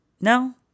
No